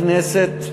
הכנסת,